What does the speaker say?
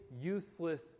useless